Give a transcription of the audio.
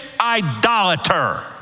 idolater